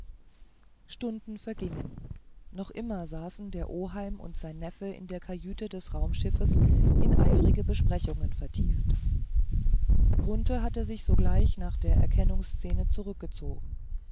stunden vergingen und noch immer saßen der oheim und sein neffe in der kajüte des raumschiffes in eifrige besprechungen vertieft grunthe hatte sich sogleich nach der erkennungsszene zurückgezogen